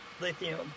lithium